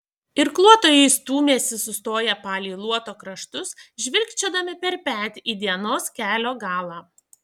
irkluotojai stūmėsi sustoję palei luoto kraštus žvilgčiodami per petį į dienos kelio galą